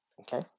okay